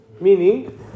meaning